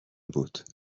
بود